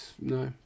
no